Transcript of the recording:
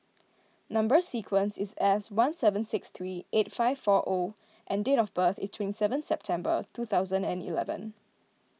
Number Sequence is S one seven six three eight five four O and date of birth is twenty seven September two thousand and eleven